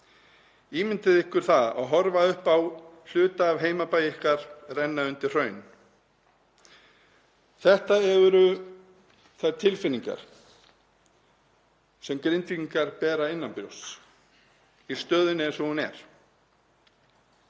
Ímyndið ykkur það að horfa upp á hluta af heimabæ ykkar renna undir hraun.“ Þetta eru þær tilfinningar sem Grindvíkingar bera innanbrjósts í stöðunni eins og hún er.